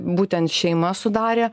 būtent šeima sudarė